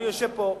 הוא יושב פה.